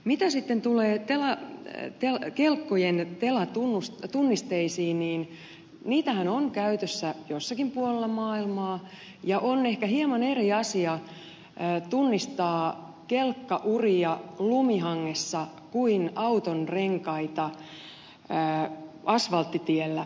mitä sitten tulee kelkkojen telatunnisteisiin niin niitähän on käytössä jossakin puolella maailmaa ja on ehkä hieman eri asia tunnistaa kelkkauria lumihangessa kuin autonrenkaita asfalttitiellä